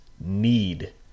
need